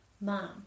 Mom